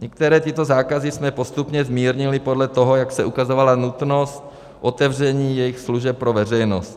Některé tyto zákazy jsme postupně zmírnili podle toho, jak se ukazovala nutnost otevření jejich služeb pro veřejnost.